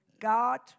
God